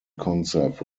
concept